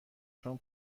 چون